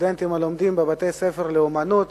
סטודנטים הלומדים בבתי-ספר לאמנות,